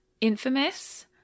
infamous